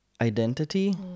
identity